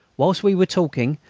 whilst we were talking,